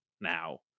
now